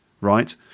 right